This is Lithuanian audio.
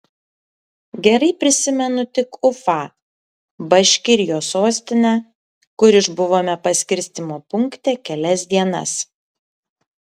gerai prisimenu tik ufą baškirijos sostinę kur išbuvome paskirstymo punkte kelias dienas